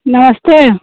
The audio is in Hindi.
नमस्ते